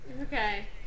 Okay